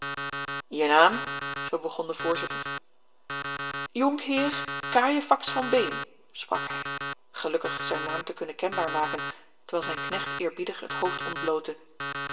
je naam zoo begon de voorzitter jonkheer cajefax van beem sprak hij gelukkig zijn naam te kunnen kenbaar maken terwijl zijn knecht eerbiedig het hoofd ontblootte